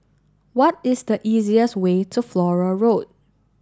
what is the easiest way to Flora Road